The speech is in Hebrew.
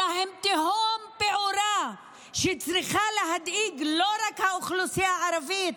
אלא הן תהום פעורה שצריכה להדאיג לא רק את האוכלוסייה הערבית.